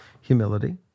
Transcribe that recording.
humility